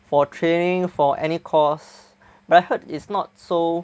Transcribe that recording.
for training for any course but I heard it's not so